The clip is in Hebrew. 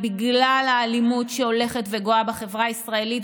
בגלל האלימות שהולכת וגואה בחברה הישראלית,